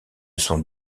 son